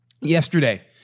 Yesterday